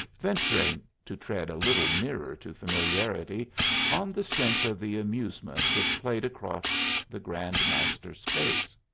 venturing to tread a little nearer to familiarity on the strength of the amusement which played across the grand master's face.